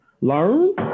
learn